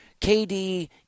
KD